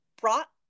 brought